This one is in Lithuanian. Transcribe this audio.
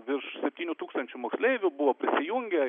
virš septynių tūkstančių moksleivių buvo prisijungę